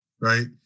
Right